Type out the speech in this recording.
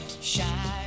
shine